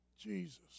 Jesus